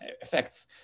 effects